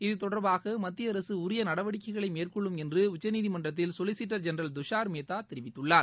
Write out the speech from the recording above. இது தொடர்பாக மத்திய அரசு உரிய நடவடிக்கைகளை மேற்கொள்ளும் என்று உச்சநீதிமன்றத்தில் சொலிசிட்டர் ஜெனரல் துஷார் மேத்தா தெரிவித்துள்ளார்